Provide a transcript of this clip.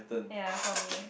yeah for me